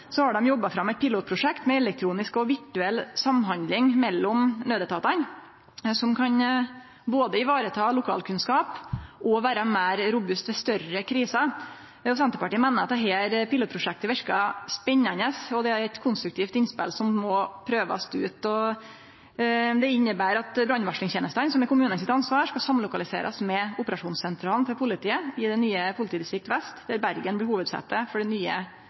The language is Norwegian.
har dei jobba fram eit pilotprosjekt med elektronisk og virtuell samhandling mellom naudetatane som både kan vareta lokalkunnskap og vere meir robust ved større kriser. Senterpartiet meiner at dette pilotprosjektet verkar spennande, og det er eit konstruktivt innspel som må prøvast ut. Det inneber at brannvarslingstenesta, som er kommunane sitt ansvar, skal samlokaliserast med operasjonssentralen for politiet i det nye Vest politidistrikt, der Bergen blir hovudsetet for det nye